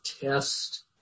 test